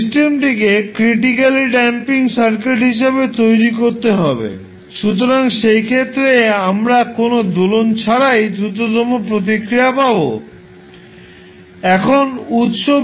সিস্টেমটিকে critically damping circuit হিসেবে তৈরি করতে হবে সুতরাং সেই ক্ষেত্রে আমরা কোনও দোলন ছাড়াই দ্রুততম প্রতিক্রিয়া পাব